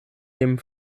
dem